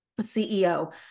CEO